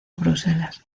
bruselas